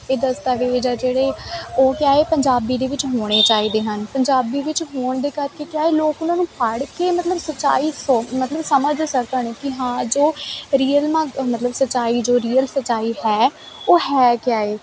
ਇਹ ਦਸਤਾਵੇਜ਼ ਆ ਜਿਹੜੇ ਉਹ ਕਿਆ ਏ ਪੰਜਾਬੀ ਦੇ ਵਿੱਚ ਹੋਣੇ ਚਾਹੀਦੇ ਹਨ ਪੰਜਾਬੀ ਵਿੱਚ ਹੋਣ ਦੇ ਕਰਕੇ ਕਿਆ ਏ ਇਹ ਲੋਕ ਉਹਨਾਂ ਨੂੰ ਪੜ੍ਹ ਕੇ ਮਤਲਬ ਸੱਚਾਈ ਸੋ ਮਤਲਬ ਸਮਝ ਸਕਣ ਕਿ ਹਾਂ ਜੋ ਰੀਅਲ ਮਾ ਮਤਲਬ ਸੱਚਾਈ ਜੋ ਰੀਅਲ ਸੱਚਾਈ ਹੈ ਉਹ ਹੈ ਕਿਆ ਏ